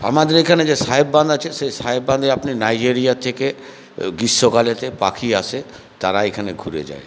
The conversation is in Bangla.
আমাদের এখানে যে সাহেব বাঁধ আছে সে সাহেব বাঁধে আপনি নাইজেরিয়া থেকে গ্রীষ্মকালে পাখি আসে তারা এখানে ঘুরে যায়